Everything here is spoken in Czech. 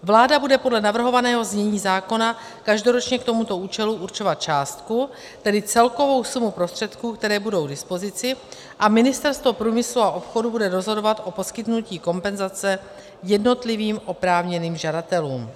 Vláda bude podle navrhovaného znění zákona každoročně k tomuto účelu určovat částku, tedy celkovou sumu prostředků, které budou k dispozici, a Ministerstvo průmyslu a obchodu bude rozhodovat o poskytnutí kompenzace jednotlivým oprávněným žadatelům.